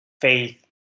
Faith